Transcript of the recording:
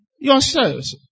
yourselves